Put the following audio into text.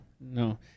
No